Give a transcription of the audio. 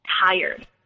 tired